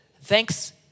thanks